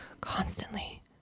constantly